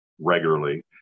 regularly